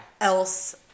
else